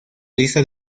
lista